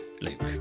Luke